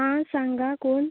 आं सांगा कोण